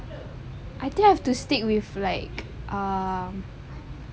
I think I have to stick with like um